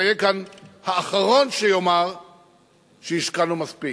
אהיה כאן האחרון שיאמר שהשקענו מספיק,